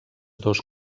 dos